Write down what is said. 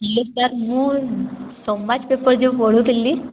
hello sir ମୁଁ Samaj paper ଯେଉଁ ପଢ଼ୁଥିଲି